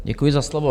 Děkuji za slovo.